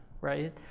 right